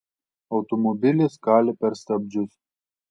automobilis kalė per stabdžius